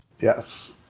Yes